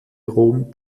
rom